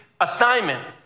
assignment